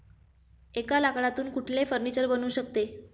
एका लाकडातून कुठले फर्निचर बनू शकते?